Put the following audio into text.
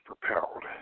propelled